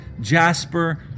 jasper